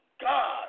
God